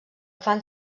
fan